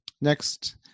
next